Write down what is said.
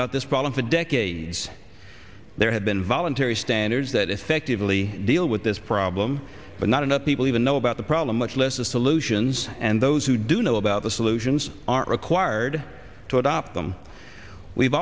about this problem for decades there have been voluntary standards that effectively deal with this problem but not enough people even know about the problem much less the solutions and those who do know about the solutions aren't required to adopt them we've